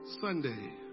Sunday